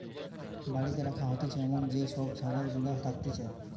বাড়িতে রাখা হতিছে এমন যেই সব ছাগল গুলা থাকতিছে